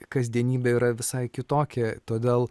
kasdienybė yra visai kitokia todėl